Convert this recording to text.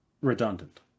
redundant